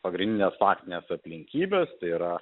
pagrindines faktines aplinkybes tai yra